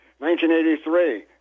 1983